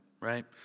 right